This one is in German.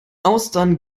austern